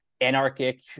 anarchic